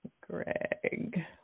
Greg